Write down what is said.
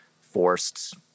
forced